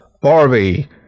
Barbie